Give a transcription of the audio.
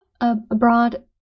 abroad